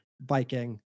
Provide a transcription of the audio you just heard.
biking